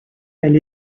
elle